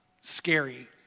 scary